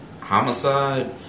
homicide